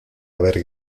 haber